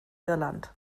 irland